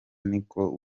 niko